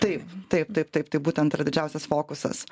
taip taip taip taip būtent yra didžiausias fokusas